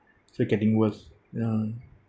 still getting worse ya